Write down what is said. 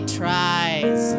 tries